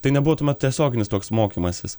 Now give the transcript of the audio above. tai nebuvo tiesioginis toks mokymasis